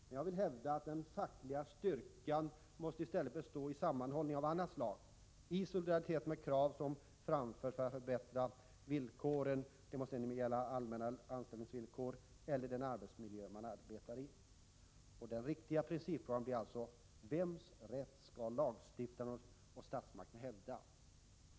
Men jag vill hävda att den fackliga styrkan i stället måste bestå i sammanhållning av annat slag, i solidaritet med de krav som framförts för att förbättra villkoren, det må sedan gälla de allmänna anställningsvillkoren eller den arbetsmiljö man jobbar i. Och den riktiga principfrågan blir alltså: Vems rätt skall lagstiftaren och statsmakten hävda?